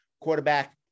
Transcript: Quarterback